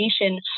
education